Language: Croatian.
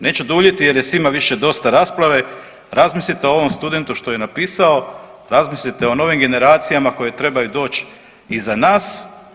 Neću duljiti jer je svima više dosta rasprave, razmislite o ovom studentu što je napisao, razmislite o novim generacijama koje trebaju doći iza nas.